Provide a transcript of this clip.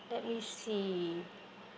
let me see